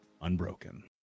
unbroken